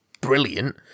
brilliant